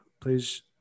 please